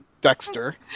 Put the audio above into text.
Dexter